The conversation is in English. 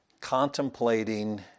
contemplating